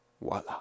Voila